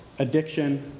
addiction